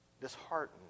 Disheartened